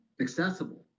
accessible